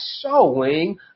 showing